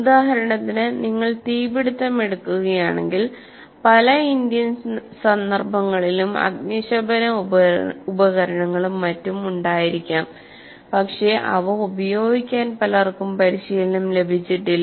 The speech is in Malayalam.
ഉദാഹരണത്തിന് നിങ്ങൾ തീപിടിത്തം എടുക്കുകയാണെങ്കിൽ പല ഇന്ത്യൻ സന്ദർഭങ്ങളിലും അഗ്നിശമന ഉപകരണങ്ങളും മറ്റും ഉണ്ടായിരിക്കാം പക്ഷെ അവ ഉപയോഗിക്കാൻ പലർക്കും പരിശീലനം ലഭിച്ചിട്ടില്ല